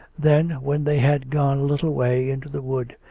then, when they had gone a little way into the wood,